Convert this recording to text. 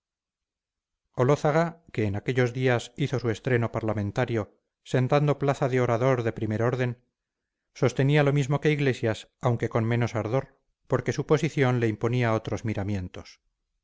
olózaga que en aquellos días hizo su estreno parlamentario sentando plaza de ordador de primer orden sostenía lo mismo que iglesias aunque con menos ardor porque su posición le imponía otros miramientos